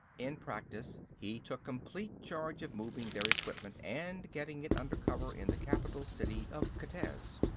in practice he took complete charge of moving their equipment and getting it under cover in the capital city of kitezh.